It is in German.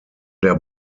der